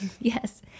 Yes